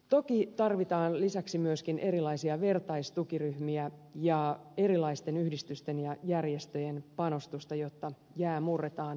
toki tarvitaan lisäksi myöskin erilaisia vertaistukiryhmiä ja erilaisten yhdistysten ja järjestöjen panostusta jotta jää murretaan puolin ja toisin